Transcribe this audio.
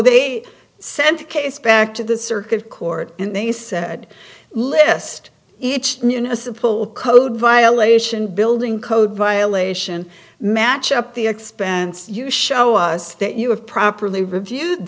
they sent a case back to the circuit court and they said list each municipal code violation building code violation match up the expense you show us that you have properly reviewed